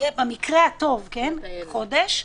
יהיה במקרה הטוב בעוד חודש,